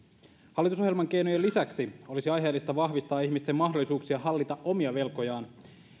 hallitusohjelman keinojen lisäksi olisi aiheellista vahvistaa ihmisten mahdollisuuksia hallita omia velkojaan